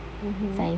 mmhmm